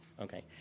okay